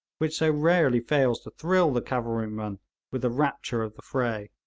which so rarely fails to thrill the cavalryman with the rapture of the fray.